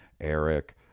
Eric